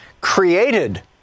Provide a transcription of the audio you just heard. created